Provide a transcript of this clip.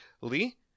Lee